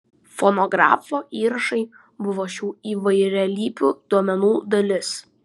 fonografo įrašai buvo šių įvairialypių duomenų dalis